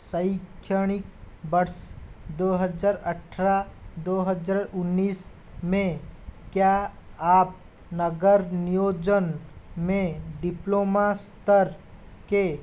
शैछणिक वर्ष दो हज़ार अट्ठारह दो हज़ार उन्नीस में क्या आप नगर नियोजन में डिप्लोमा स्तर के